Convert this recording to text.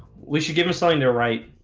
we should give us something there, right